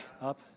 up